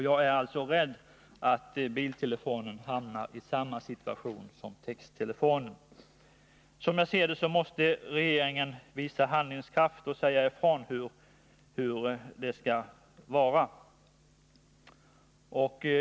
Jag är alltså rädd för att biltelefonen hamnar i samma situation som texttelefonen. Som jag ser det måste regeringen visa handlingskraft och säga 33 ifrån hur det skall vara här.